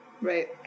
Right